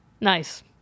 Nice